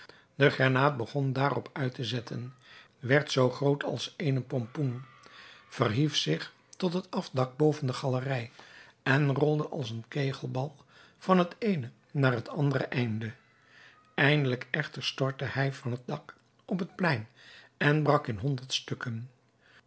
de granaat begon daarop uit te zetten werd zoo groot als eene pompoen verhief zich tot op het afdak boven de galerij en rolde als een kegelbal van het eene naar het andere einde eindelijk echter stortte hij van het dak op het plein en brak in honderd stukken